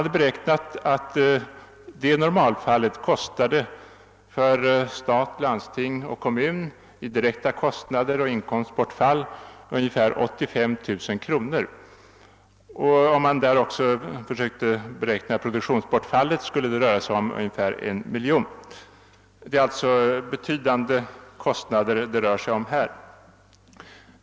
Detta normalfall beräknades för stat, landsting och kommun i direkta kostnader och inkomstbortfall belöpa sig på ungefär 85 000 kronor. Om man också försökte beräkna produktionsbortfallet skulle det röra sig om ungefär 1 miljon. Det är alltså betydande kostnader det här gäller.